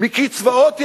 מקצבאות ילדים,